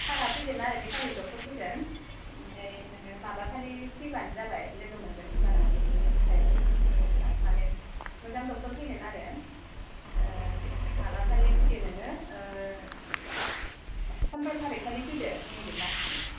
सारआ फैगोन आरो बेखालि ड'क्टर फैगोन ओमफ्राय नोङो माबाखालि फैब्लानो जाबाय लोगो मोनगोन होमब्लाना बिनि सायाव माने मोजां ड'क्टर फैगोन आरो माबाखालि फैदो नोङो पन्द्र' थारिखखालि फैदो नैबे मासनि